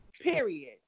Period